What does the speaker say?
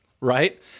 Right